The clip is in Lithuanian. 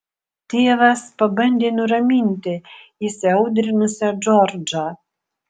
tėvas pabandė nuraminti įsiaudrinusią džordžą